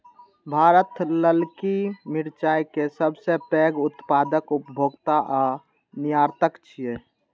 भारत ललकी मिरचाय के सबसं पैघ उत्पादक, उपभोक्ता आ निर्यातक छियै